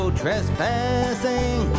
trespassing